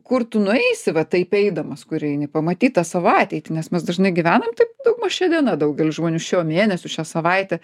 kur tu nueisi va taip eidamas kur eini pamatyt tą savo ateitį nes mes dažnai gyvenam taip daugmaž šia diena daugelis žmonių šiuo mėnesiu šia savaite